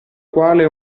quale